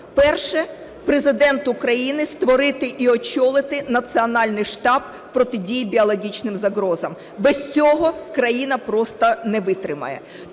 Перше. Президенту України створити і очолити Національний штаб протидії біологічним загрозам. Без цього країна просто не витримає.